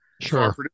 Sure